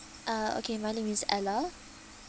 uh okay my name is ella